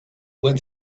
went